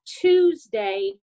Tuesday